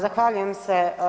Zahvaljujem se.